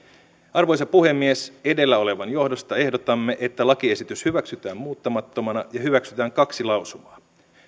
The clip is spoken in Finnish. arvoisa puhemies edellä olevan johdosta ehdotamme että lakiesitys hyväksytään muuttamattomana ja hyväksytään kaksi lausumaa